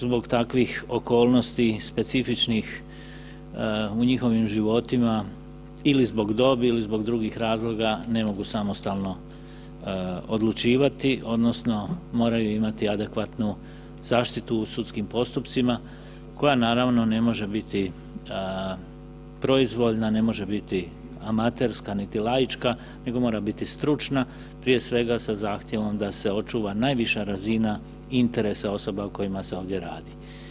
Zbog takvih okolnosti specifičnih u njihovim životima ili zbog dobi ili zbog drugih razloga ne mogu samostalno odlučivati odnosno moraju imati adekvatnu zaštitu u sudskim postupcima koja naravno ne može biti proizvoljna, ne može biti amaterska niti laička nego mora biti stručna prije svega sa zahtjevom da se očuva najviša razina interesa osoba o kojima se ovdje radi.